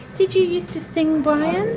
did you used to sing, brian?